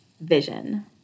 vision